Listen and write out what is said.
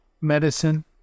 medicine